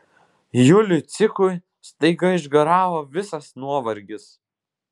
juliui cikui staiga išgaravo visas nuovargis